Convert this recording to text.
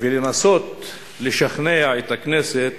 ולנסות לשכנע את הכנסת